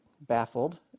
baffled